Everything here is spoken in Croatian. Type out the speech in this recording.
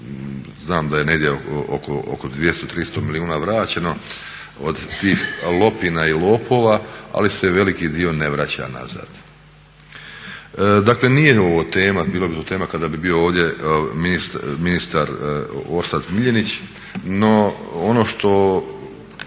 znam da je negdje oko 200, 300 milijuna vraćeno od tih lopina i lopova, ali se veliki dio ne vraća nazad. Dakle, nije ovo tema. Bila bi to tema kada bi ovdje bio ministar Orsat Miljenić. No, ono što